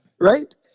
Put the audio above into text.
Right